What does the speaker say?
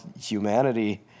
humanity